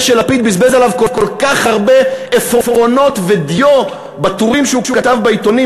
זה שלפיד בזבז עליו כל כך הרבה עפרונות ודיו בטורים שהוא כתב בעיתונים,